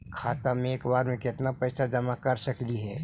खाता मे एक बार मे केत्ना पैसा जमा कर सकली हे?